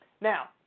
Now